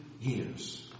years